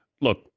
look